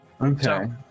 Okay